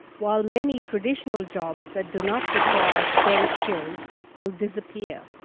while many traditional jobs that do not require stem skills will disappear.